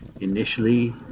Initially